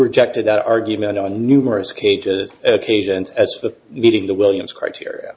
rejected that argument on numerous cagers occasions as for the meeting the williams criteria